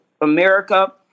America